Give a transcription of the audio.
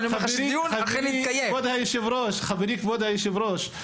חברי כבוד היושב ראש,